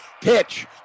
Pitch